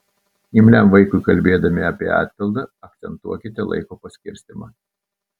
imliam vaikui kalbėdami apie atpildą akcentuokite laiko paskirstymą